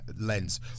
lens